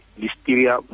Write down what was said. listeria